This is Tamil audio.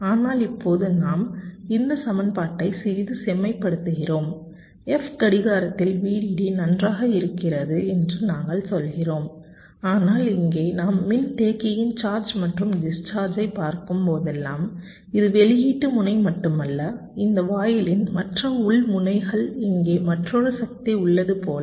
ஆனால் இப்போது நாம் இந்த சமன்பாட்டை சிறிது செம்மைப்படுத்துகிறோம் f கடிகாரத்தில் VDD நன்றாக இருக்கிறது என்று நாங்கள் சொல்கிறோம் ஆனால் இங்கே நாம் மின்தேக்கியின் சார்ஜ் மற்றும் டிஸ்சார்ஜ் ஐ பார்க்கும் போதெல்லாம் இது வெளியீட்டு முனை மட்டுமல்ல இந்த வாயிலின் மற்ற உள் முனைகள் இங்கே மற்றொரு சந்தி உள்ளது போல